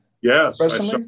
Yes